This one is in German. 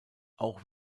auch